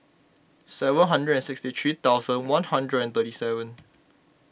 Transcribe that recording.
seven hundred and sixty three thousand one hundred and thirty seven